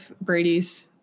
Brady's